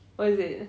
what is it